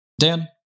Dan